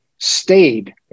Stayed